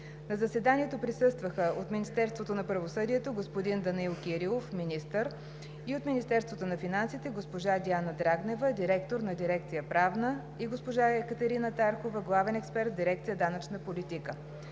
На заседанието присъстваха: от Министерството на правосъдието – господин Данаил Кирилов – министър, и от Министерството на финансите – госпожа Диана Драгнева – директор на дирекция „Правна“, и госпожа Екатерина Тархова – главен експерт в дирекция „Данъчна политика“.